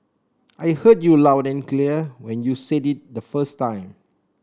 I heard you loud and clear when you said it the first time